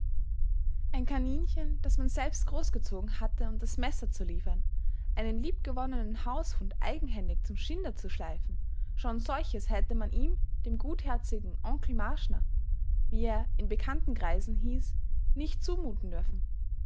ein kaninchen das man selbst großgezogen hatte unter's messer zu liefern einen liebgewonnenen haushund eigenhändig zum schinder zu schleifen schon solches hätte man ihm dem gutherzigen onkel marschner wie er in bekanntenkreisen hieß nicht zumuten dürfen